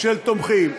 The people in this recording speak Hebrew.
של התומכים.